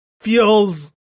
feels